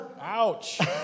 ouch